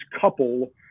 couple